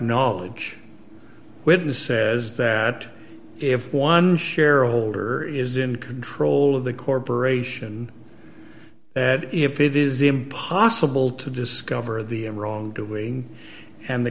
knowledge witness says that if one shareholder is in control of the corporation that if it is impossible to discover the end wrongdoing and the